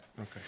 Okay